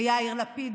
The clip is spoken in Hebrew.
ויאיר לפיד,